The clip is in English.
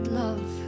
love